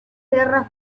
guerra